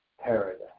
paradise